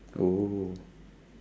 oh